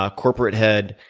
ah corporate head,